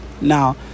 Now